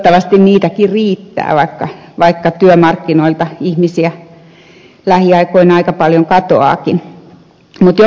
toivottavasti niitäkin riittää vaikka työmarkkinoilta ihmisiä lähiaikoina aika paljon katoaakin